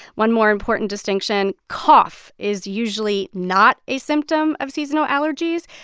one more important distinction cough is usually not a symptom of seasonal allergies,